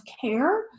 care